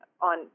on